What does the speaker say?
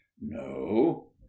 no